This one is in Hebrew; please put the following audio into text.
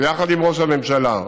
יחד עם ראש הממשלה,